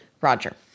Roger